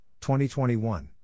2021